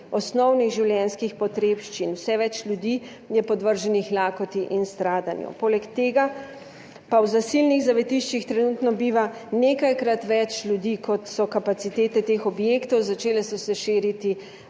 osnovnih življenjskih potrebščin. Vse več ljudi je podvrženih lakoti in stradanju. Poleg tega pa v zasilnih zavetiščih trenutno biva nekajkrat več ljudi, kot so kapacitete teh objektov, začele so se širiti